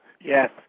Yes